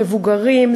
מבוגרים,